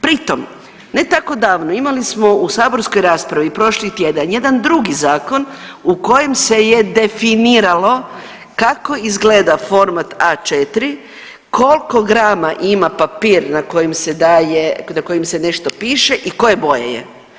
Pritom ne tako davno imali smo u saborskoj raspravi prošli tjedan jedan drugi zakon u kojem se je definiralo kako izgleda format A4, koliko grama ima papir na kojem se daje, na kojem se nešto i koje boje je.